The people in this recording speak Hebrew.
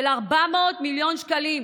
של 400 מיליון שקלים.